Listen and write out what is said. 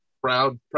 proud